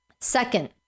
Second